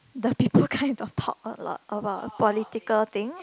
the people kind of talk a lot about political thing